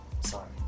sorry